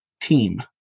team